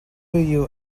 you